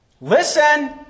Listen